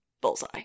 bullseye